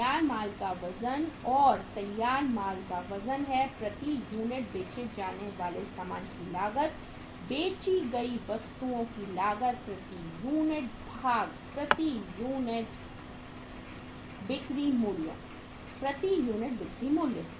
तैयार माल का वजन और तैयार माल का वजन है प्रति यूनिट बेचे जाने वाले सामान की लागत बेची गई वस्तुओं की लागत प्रति यूनिट भाग प्रति यूनिट बिक्री मूल्य प्रति यूनिट बिक्री मूल्य